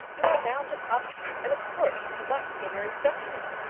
you are bound to prosecute, and of course you must give your instructions.